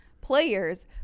players